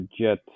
jet